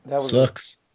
Sucks